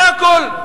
זה הכול.